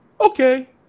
Okay